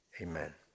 amen